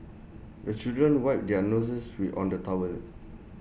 the children wipe their noses on the towel